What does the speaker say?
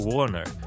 Warner